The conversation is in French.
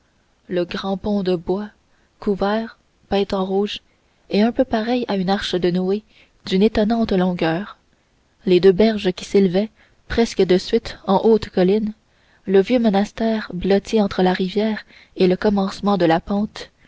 le grand pont de bois couvert peint en rouge et un peu pareil à une arche de noé d'une étonnante longueur les deux berges qui s'élevaient presque de suite en hautes collines le vieux monastère blotti entre la rivière et le commencement de la pente